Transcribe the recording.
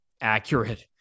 accurate